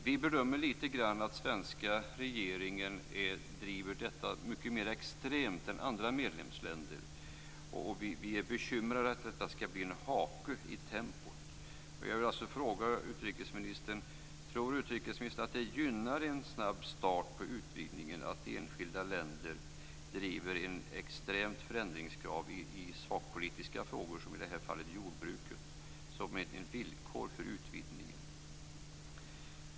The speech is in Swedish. Vi bedömer litet grand att den svenska regeringen driver detta mycket mera extremt än andra medlemsländer, och vi är bekymrade för att detta skall bli en hake i tempot. Jag vill fråga: Tror utrikesministern att det gynnar en snabb start för utvidgningen om enskilda länder driver ett extremt förändringskrav i sakpolitiska frågor, som i det här fallet jordbruket, som villkor för utvidgningen?